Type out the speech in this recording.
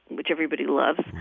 which everybody loves,